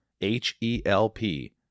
H-E-L-P